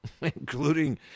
including –